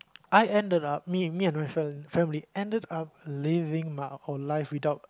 I ended up me me and my friend family ended up living my whole life without